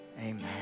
amen